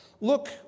Look